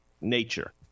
nature